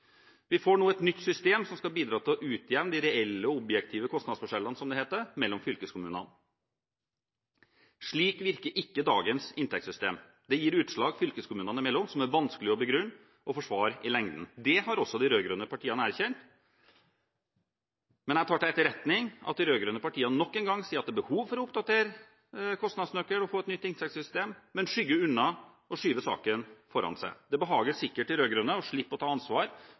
Vi får nå et nytt system som skal bidra til å utjevne de reelle og objektive kostnadsforskjellene, som det heter, mellom fylkeskommunene. Slik virker ikke dagens inntektssystem. Det gir utslag fylkeskommunene imellom som er vanskelig å begrunne og forsvare i lengden. Det har også de rød-grønne partiene erkjent. Jeg tar til etterretning at de rød-grønne partiene nok en gang sier at det er behov for å oppdatere kostnadsnøkkel og få et nytt inntektssystem, men skygger unna og skyver saken foran seg. Det behager sikkert de rød-grønne å slippe å ta ansvar